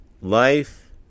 life